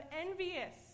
envious